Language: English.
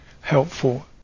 helpful